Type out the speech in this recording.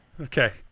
Okay